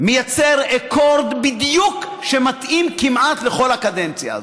מייצר אקורד שמתאים בדיוק כמעט לכל הקדנציה הזאת,